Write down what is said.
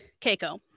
keiko